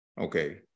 okay